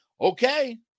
Okay